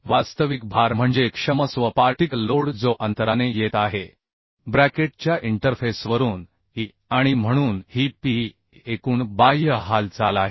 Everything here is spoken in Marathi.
वास्तविक भार म्हणजे क्षमस्व पार्टिकल लोड जो अंतराने येत आहे उह ब्रॅकेटच्या उह इंटरफेसवरून ई आणि म्हणून ही पी ही एकूण बाह्य हालचाल आहे